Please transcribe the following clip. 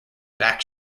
back